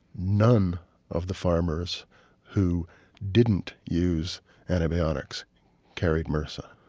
none of the farmers who didn't use antibiotics carried mrsa